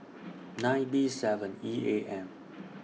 nine B seven E A M